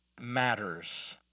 matters